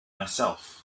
myself